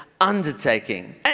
undertaking